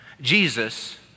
Jesus